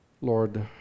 Lord